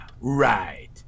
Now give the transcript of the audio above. right